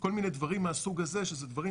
כל מיני דברים מהסוג הזה שזה דברים